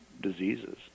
diseases